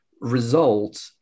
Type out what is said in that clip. result